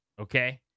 okay